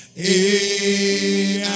Hey